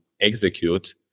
execute